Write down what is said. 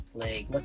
plague